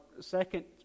second